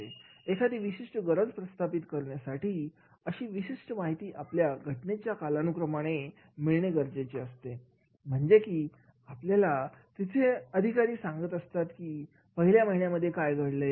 एखादी विशिष्ट गरज प्रस्थापित करण्यासाठी अशी विशिष्ट माहिती आपल्याला घटनेच्या कालानुक्रमाने मिळणे गरजेचे असते म्हणजे की आपल्याला तिथले अधिकारी सांगत असतात की पहिल्या महिन्यामध्ये काय घडले